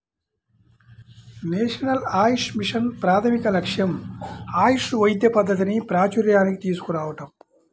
national Ayush mission ప్రాథమిక లక్ష్యం ఆయుష్ వైద్య పద్ధతిని ప్రాచూర్యానికి తీసుకురావటం